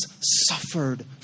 suffered